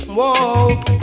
Whoa